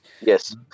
Yes